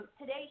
Today